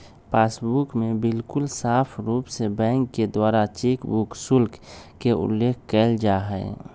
passbook में बिल्कुल साफ़ रूप से बैंक के द्वारा चेकबुक शुल्क के उल्लेख कइल जाहई